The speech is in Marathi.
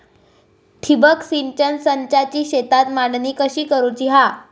ठिबक सिंचन संचाची शेतात मांडणी कशी करुची हा?